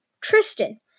Tristan